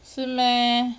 是 meh